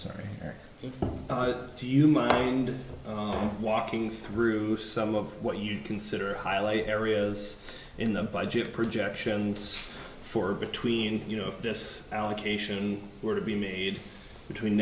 sorry do you mind walking through some of what you consider highlight areas in the budget projections for between you know if this allocation were to be made between